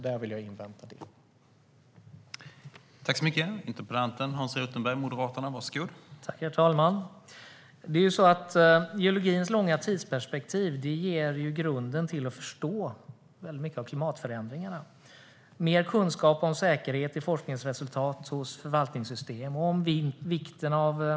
Jag vill invänta det resultatet.